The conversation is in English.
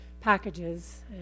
packages